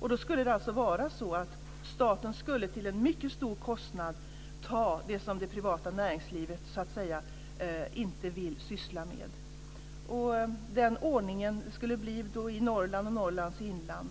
Då skulle det alltså vara så att staten till en mycket stor kostnad skulle ta hand om det som det privata näringslivet inte vill syssla med. Den ordningen skulle det bli i Norrland, i Norrlands inland.